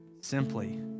simply